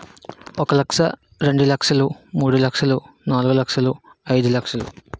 ఒక లక్ష రెండు లక్షలు మూడు లక్షలు నాలుగు లక్షలు ఐదు లక్షలు